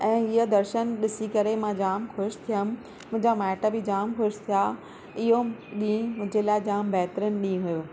हीअं दर्शन ॾिसी करे मां जाम ख़ुशि थियमि मुंहिंजा माइट बि जाम ख़ुशि थिया इहो ॾींहुं मुंहिंजे लाइ जाम बहितरीन ॾींहुं हुयो